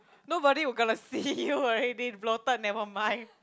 nobody will gonna see you already bloated never mind